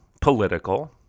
political